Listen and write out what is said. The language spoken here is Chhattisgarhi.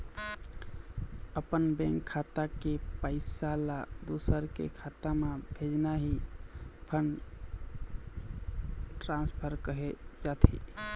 अपन बेंक खाता के पइसा ल दूसर के खाता म भेजना ही फंड ट्रांसफर कहे जाथे